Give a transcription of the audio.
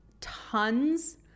tons